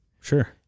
Sure